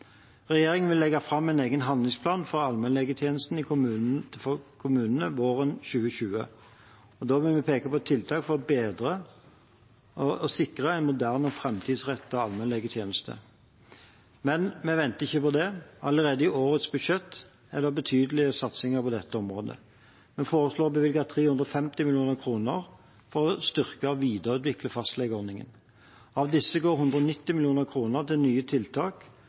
Regjeringen vil legge fram en egen handlingsplan for allmennlegetjenesten i kommunene våren 2020. Der vil vi peke på tiltak for å bedre og sikre en moderne og framtidsrettet allmennlegetjeneste. Men vi venter ikke på det, allerede i årets budsjett er det betydelige satsinger på dette området. Vi foreslår å bevilge 350 mill. kr for å styrke og videreutvikle fastlegeordningen. Av disse går 190 mill. kr til nye tiltak,